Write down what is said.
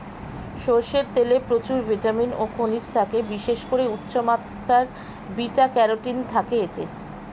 সরষের তেলে প্রচুর ভিটামিন ও খনিজ থাকে, বিশেষ করে উচ্চমাত্রার বিটা ক্যারোটিন থাকে এতে